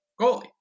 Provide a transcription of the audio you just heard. goalie